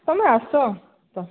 ତୁମେ ଆସ